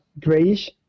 grayish